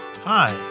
Hi